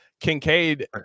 Kincaid